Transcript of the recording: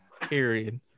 Period